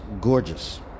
gorgeous